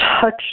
Touch